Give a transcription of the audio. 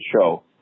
show